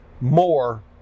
more